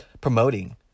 promoting